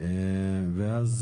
ואז